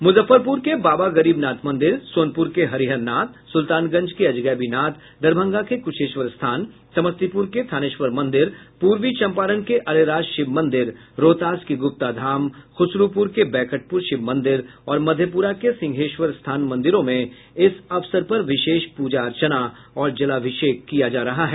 मुजफ्फरपुर के बाबा गरीबनाथ मंदिर सोनपुर के हरिहरनाथ सुल्तानगंज के अजगैबीनाथ दरभंगा के कुशेश्वर स्थान समस्तीपुर के थानेश्वर मंदिर पूर्वी चंपारण के अरेराज शिव मंदिर रोहतास के गूप्ता धाम खूसरूपुर के बैकटप्र शिव मंदिर और मधेप्रा के सिंहेश्वर स्थान मंदिरों में इस अवसर पर विशेष प्रजा अर्चना और जलाभिषेक किया जा रहा है